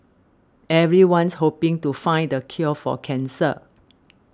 everyone's hoping to find the cure for cancer